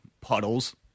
puddles